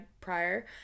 prior